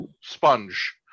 sponge